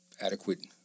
adequate